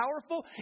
powerful